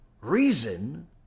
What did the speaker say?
reason